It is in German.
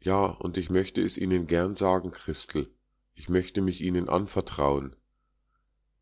ja und ich möchte es ihnen gern sagen christel ich möchte mich ihnen anvertrauen